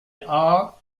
aar